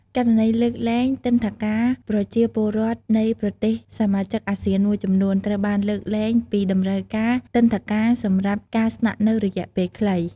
ករណីលើកលែងទិដ្ឋាការប្រជាពលរដ្ឋនៃប្រទេសសមាជិកអាស៊ានមួយចំនួន ត្រូវបានលើកលែងពីតម្រូវការទិដ្ឋាការសម្រាប់ការស្នាក់នៅរយៈពេលខ្លី។